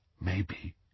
maybe